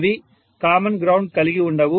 అవి common ground కలిగి ఉండవు